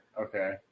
Okay